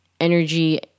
energy